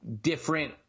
different